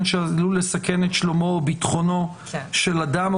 שעלול לסכן את שלומו וביטחונו של אדם,